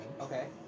Okay